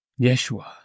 Yeshua